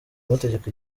amategeko